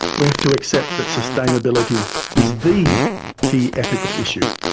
we have to accept that sustainability is the key ethical issue,